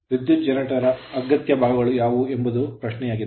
ವಿದ್ಯುತ್ generator generator ನ ಅಗತ್ಯ ಭಾಗಗಳು ಯಾವುವು ಎಂಬುದು ಪ್ರಶ್ನೆಯಾಗಿದೆ